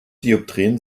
dioptrien